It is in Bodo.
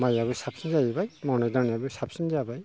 माइयाबो साबसिन जाहैबाय मावनाय दांनायाबो साबसिन जाबाय